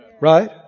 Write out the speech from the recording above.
Right